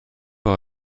oedd